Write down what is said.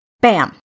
Bam